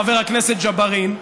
חבר הכנסת ג'בארין,